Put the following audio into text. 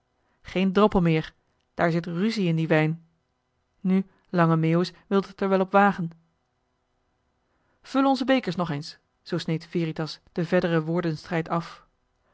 geen droppel meer daar zit ruzie in dien wijn nu lange meeuwis wilde t er wel op wagen vul onze bekers nog eens zoo sneed veritas den verderen woordenstrijd af